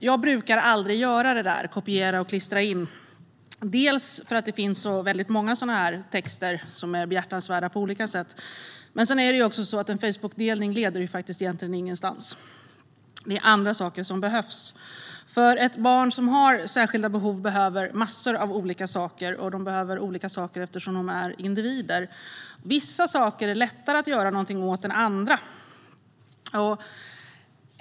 Jag brukar aldrig göra det där - kopiera och klistra in - dels för att det finns så väldigt många sådana här texter som är behjärtansvärda på olika sätt, dels för att en Facebookdelning egentligen inte leder någonvart. Det är andra saker som behövs. Barn som har särskilda behov behöver massor av olika saker, eftersom de är individer. Vissa saker är lättare att göra något åt än andra.